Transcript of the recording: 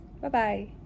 Bye-bye